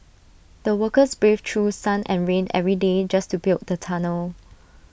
the workers braved through sun and rain every day just to build the tunnel